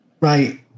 Right